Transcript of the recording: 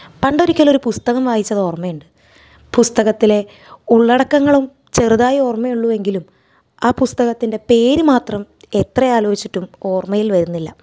പണ്ടൊരിക്കൽ ഒരു പുസ്തകം വായിച്ചത് ഓർമയുണ്ട് പുസ്തകത്തിലെ ഉള്ളടക്കങ്ങളും ചെറുതായി ഓർമയുള്ളു എങ്കിലും ആ പുസ്തകത്തിൻ്റെ പേര് മാത്രം എത്ര ആലോചിച്ചിട്ടും ഓർമയിൽ വരുന്നില്ല